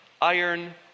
iron